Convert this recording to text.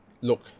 look